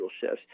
shifts